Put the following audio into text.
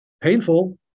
painful